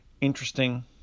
interesting